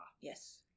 yes